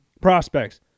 prospects